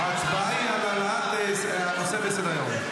ההצבעה היא על העלאת הנושא לסדר-היום.